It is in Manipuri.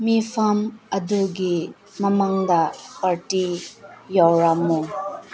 ꯃꯤꯐꯝ ꯑꯗꯨꯒꯤ ꯃꯃꯥꯡꯗ ꯄꯥꯔꯇꯤ ꯌꯥꯎꯔꯝꯃꯨ